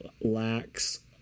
lacks